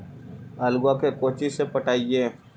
आलुआ के कोचि से पटाइए?